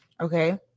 Okay